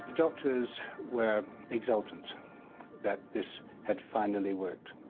doctors were exultant that this had finally worked.